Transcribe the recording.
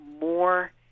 more